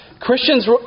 Christians